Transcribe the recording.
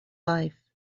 life